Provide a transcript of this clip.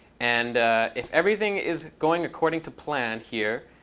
and if everything is going according to plan here,